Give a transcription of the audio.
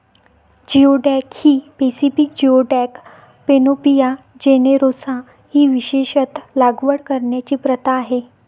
geoduck ही Pacific geoduck, Panopea generosa ही विशेषत लागवड करण्याची प्रथा आहे